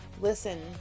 listen